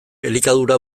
elikadura